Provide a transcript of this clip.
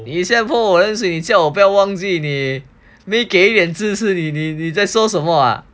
你现在泼我冷水叫我不要忘记你没给脸在说什么